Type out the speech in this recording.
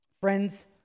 friends